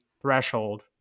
threshold